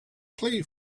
play